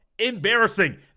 embarrassing